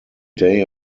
day